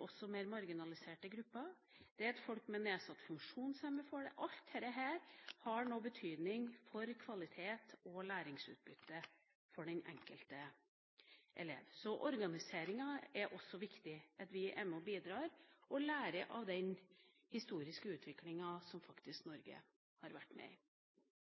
også mer marginaliserte grupper, som f.eks. folk med nedsatt funksjonsevne, har betydning for kvalitet og læringsutbytte hos den enkelte elev. Så det er viktig at vi også er med og bidrar til organiseringa og lærer av den historiske utviklinga som faktisk Norge har vært med på. Venstre pleier ikke å kutte i